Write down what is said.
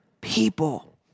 people